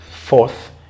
fourth